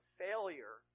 failure